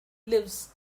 lives